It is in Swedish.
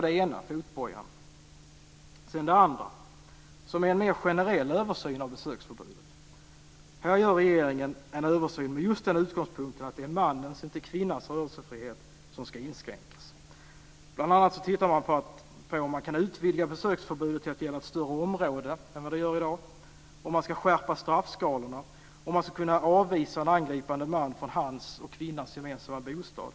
Det andra handlar om en mer generell översyn av besöksförbudet. I fråga om detta gör regeringen en översyn med just den utgångspunkten att det är mannens, inte kvinnans, rörelsefrihet som ska inskränkas. Bl.a. tittar man på om man kan utvidga besöksförbudet till att gälla ett större område än i dag, om man ska skräpa straffskalorna och om man ska kunna avvisa en angripande man från hans och kvinnans gemensamma bostad.